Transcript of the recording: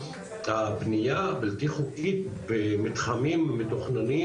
הבנייה הבלתי חוקית במתחמים מתוכננים,